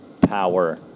power